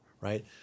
right